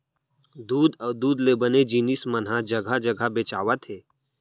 दूद अउ दूद ले बने जिनिस मन ह जघा जघा बेचावत हे